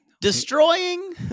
destroying